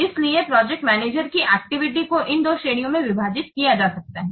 इसलिए project manager की activity को इन दो श्रेणियों में विभाजित किया जा सकता है